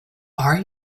are